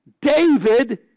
David